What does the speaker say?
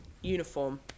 uniform